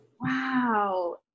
Wow